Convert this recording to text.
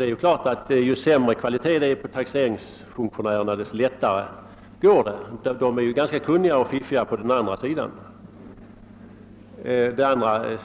Det är klart att ju sämre kvalitet det är på taxeringsfunktionärerna desto lättare går det att fuska, och skattefuskarna är som bekant ganska kunniga och fiffiga. Jag sade att